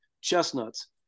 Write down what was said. chestnuts